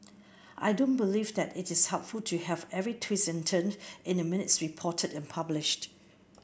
I don't believe that it is helpful to have every twist and turn in the minutes reported and published